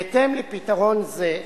בהתאם לפתרון זה,